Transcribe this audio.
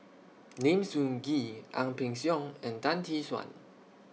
Lim Sun Gee Ang Peng Siong and Tan Tee Suan